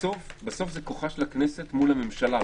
בסוף זה כוחה של הכנסת מול הממשלה.